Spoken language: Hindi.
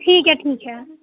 ठीक है ठीक है